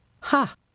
Ha